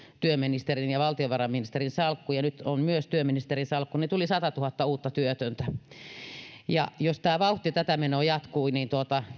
työministerin ja valtiovarainministerin salkku ja nyt on myös työministerin salkku tuli satatuhatta uutta työtöntä jos tämä vauhti tätä menoa jatkuu niin